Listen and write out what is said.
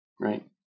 Right